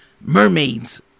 mermaids